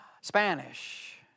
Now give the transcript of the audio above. Spanish